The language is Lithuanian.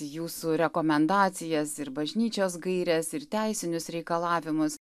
jūsų rekomendacijas ir bažnyčios gaires ir teisinius reikalavimus